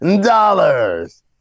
dollars